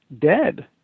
dead